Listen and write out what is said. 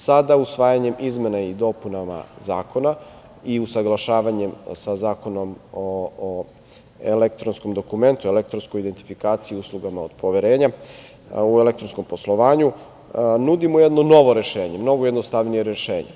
Sada, usvajanjem izmena i dopunama zakona i usaglašavanjem za Zakonom o elektronskom dokumentu, elektronskoj dokumentaciji i uslugama od poverenja u elektronskom poslovanju nudimo jedno novo rešenje, mnogo jednostavnije rešenje.